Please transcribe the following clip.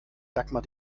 dagmar